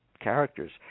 characters